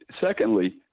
secondly